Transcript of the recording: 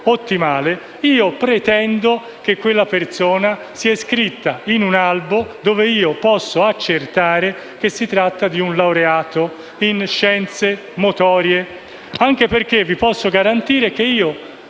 pretendo che quella persona sia iscritta ad un albo, dove io posso accertare che si tratta di un laureato in scienze motorie. Vi posso garantire che pochi